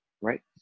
Right